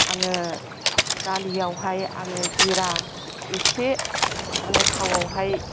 आङो दालियावहाय आङो जिरा एसे आङो थावावहाय